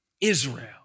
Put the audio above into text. Israel